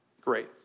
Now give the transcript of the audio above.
Great